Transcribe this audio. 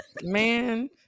Man